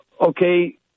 okay